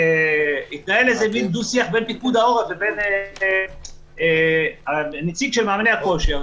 והתנהל דו שיח בין פיקוד העורף ונציג מאמני הכושר,